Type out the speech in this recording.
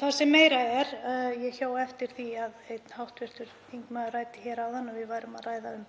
Það sem meira er, ég hjó eftir því að einn hv. þingmaður nefndi hér áðan að við værum að ræða um